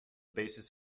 basis